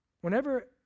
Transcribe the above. Whenever